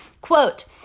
quote